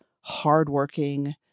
hardworking